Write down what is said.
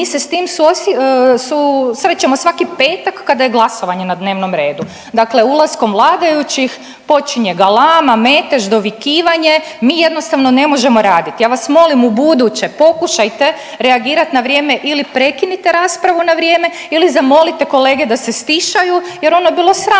mi se s tim susrećemo svaki petak kada je glasovanje na dnevnom redu. Dakle, ulaskom vladajućih počinje galama, metež, dovikivanje. Mi jednostavno ne možemo raditi. Ja vas molim u buduće pokušajte reagirati na vrijeme ili prekinite raspravu na vrijeme ili zamolite kolege da se stišaju jer ono je bilo sramotno